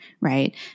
right